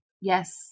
Yes